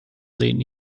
sehen